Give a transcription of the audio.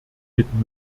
mit